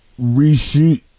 reshoot